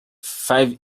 five